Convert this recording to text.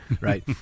right